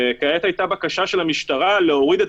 כעת הייתה בקשה של המשטרה להוריד את